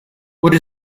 with